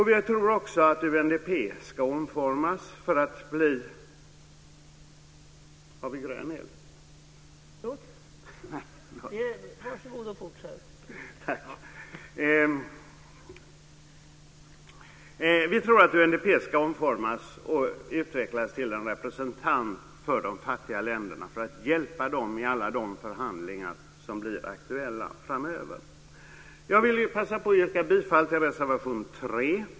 Vi tror också att UNDP ska omformas och utvecklas till en representant för de fattiga länderna för att hjälpa dem i alla de förhandlingar som blir aktuella framöver. Jag vill passa på att yrka bifall till reservation 3.